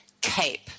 cape